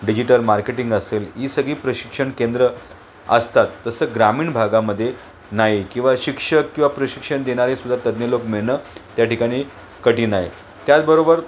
digital marketing असेल ही सगळी प्रशिक्षण केंद्र असतात तसं ग्रामीण भागामध्ये नाही किंवा शिक्षक किंवा प्रशिक्षण देणारेसुद्धा तज्ञ लोक मिळणं त्या ठिकाणी कठीण आहे त्याचबरोबर